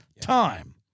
time